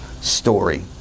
story